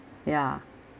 ya